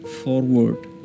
forward